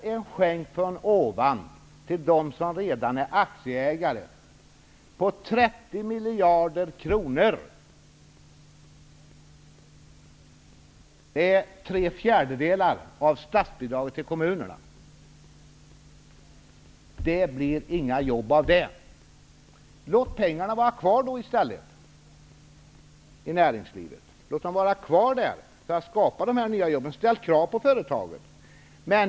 Rose-Marie Frebran, att ge en skänk från ovan på 30 miljarder kronor, vilket motsvarar tre fjärdedelar av statsbidraget till kommunerna, till dem som redan är aktieägare skapar inga jobb. Låt då pengarna i stället vara kvar i näringslivet för att dessa jobb skall kunna skapas! Ställ krav på företagen!